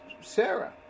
Sarah